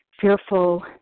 fearful